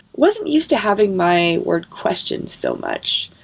wasn't used to having my work questioned so much.